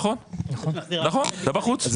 נכון, נכון אתה בחוץ.